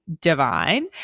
divine